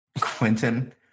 quentin